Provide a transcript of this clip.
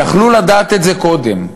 יכלו לדעת את זה קודם.